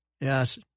Yes